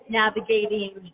navigating